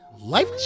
Life